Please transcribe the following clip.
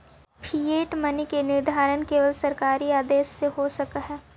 fiat money के निर्धारण केवल सरकारी आदेश से हो सकऽ हई